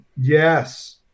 yes